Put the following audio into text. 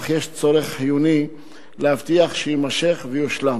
אך יש צורך חיוני להבטיח שיימשך ויושלם.